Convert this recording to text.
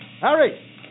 Harry